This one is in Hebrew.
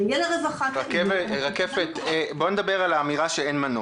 זה יהיה לרווחת ה- -- בואי נדבר על האמירה שאין מנוס.